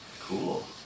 Cool